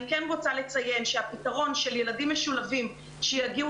אני כן רוצה לציין שהפתרון של ילדים משולבים שיגיעו